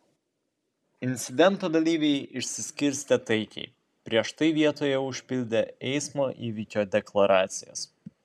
incidento dalyviai išsiskirstė taikiai prieš tai vietoje užpildę eismo įvykio deklaracijas